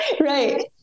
Right